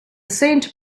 saint